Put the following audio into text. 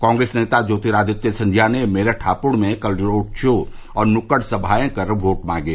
कांग्रेस नेता ज्योतिरादित्य सिंधिया ने मेरठ हापुड़ में कल रोड शो और नुक्कड़ संभाये कर वोट मांगे